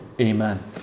amen